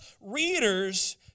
readers